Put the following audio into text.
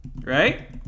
Right